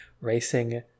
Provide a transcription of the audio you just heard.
racing